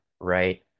right